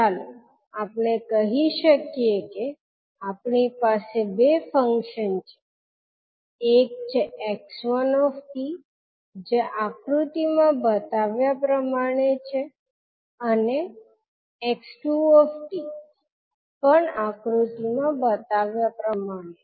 ચાલો આપણે કહી શકીએ કે આપણી પાસે બે ફંક્શન છે એક છે 𝑥1𝑡 જે આકૃતિમાં બતાવ્યા પ્રમાણે છે અને 𝑥2 𝑡 પણ આકૃતિમાં બતાવ્યા પ્રમાણે છે